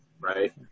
right